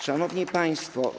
Szanowni Państwo!